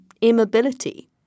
immobility